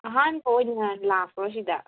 ꯑꯍꯥꯟꯕ ꯑꯣꯏꯅ ꯂꯥꯛꯄ꯭ꯔꯣ ꯁꯤꯗ